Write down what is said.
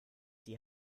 die